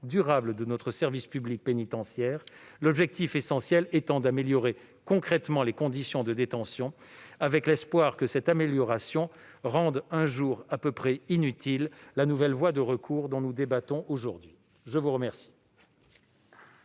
durable de notre service public pénitentiaire, l'objectif essentiel étant d'améliorer concrètement les conditions de détention, avec l'espoir que cette amélioration rende un jour à peu près inutile la nouvelle voie de recours dont nous débattons aujourd'hui. La parole